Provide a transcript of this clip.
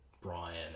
Brian